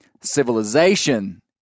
civilization